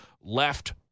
left